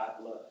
blood